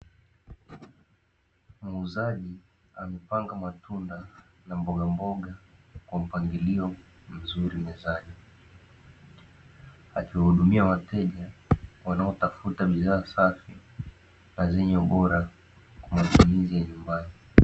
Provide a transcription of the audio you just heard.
Muuzaji amepanga matunda na mboga mboga kwa mpangilio mzuri mezani, akiwahudumia wateja wanaotafuta bidhaa safi na zenye ubora kwa matumizi ya nyumbani.